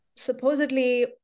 supposedly